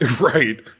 Right